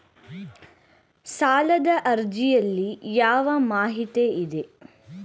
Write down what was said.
ಸಾಲದ ಅರ್ಜಿಯಲ್ಲಿ ಯಾವ ಮಾಹಿತಿ ಇದೆ?